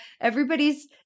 everybody's